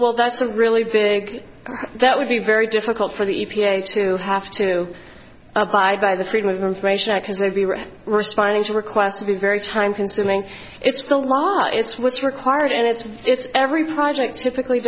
well that's a really big that would be very difficult for the e p a to have to abide by the freedom of information act as they were responding to requests to be very time consuming it's the law it's what's required and it's it's every project typically